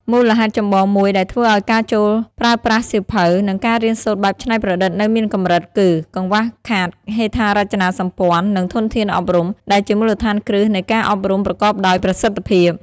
មូលហេតុចម្បងមួយដែលធ្វើឱ្យការចូលប្រើប្រាស់សៀវភៅ និងការរៀនសូត្របែបច្នៃប្រឌិតនៅមានកម្រិត គឺ កង្វះខាតហេដ្ឋារចនាសម្ព័ន្ធ និងធនធានអប់រំ ដែលជាមូលដ្ឋានគ្រឹះនៃការអប់រំប្រកបដោយប្រសិទ្ធភាព។